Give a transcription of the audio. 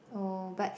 oh but